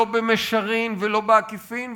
לא במישרין ולא בעקיפין,